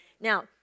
Now